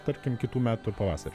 tarkim kitų metų pavasarį